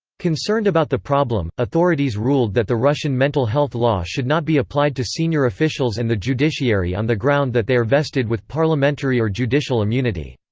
concerned about the problem, authorities ruled that the russian mental health law should not be applied to senior officials and the judiciary on the ground that they are vested with parliamentary or judicial immunity.